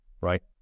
right